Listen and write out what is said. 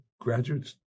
graduates